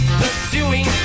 pursuing